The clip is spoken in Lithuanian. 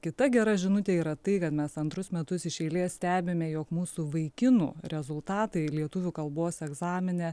kita gera žinutė yra tai kad mes antrus metus iš eilės stebime jog mūsų vaikinų rezultatai lietuvių kalbos egzamine